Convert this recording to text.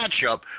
matchup